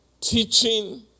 teaching